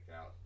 out